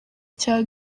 cya